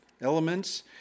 elements